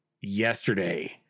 yesterday